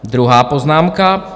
Druhá poznámka.